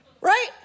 Right